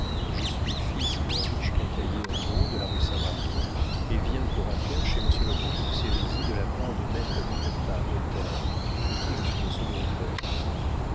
je suis fils d'un riche quincaillier en gros de la rue saint-martin et viens pour affaire chez monsieur le comte de sérisy de la part de maître crottat notaire de qui je suis le second clerc